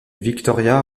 victoria